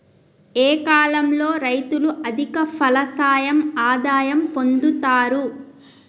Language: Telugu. ఏ కాలం లో రైతులు అధిక ఫలసాయం ఆదాయం పొందుతరు?